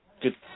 good